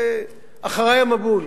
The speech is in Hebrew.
אחרי המבול.